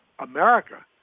America